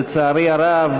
לצערי הרב,